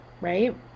Right